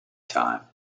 time